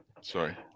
Sorry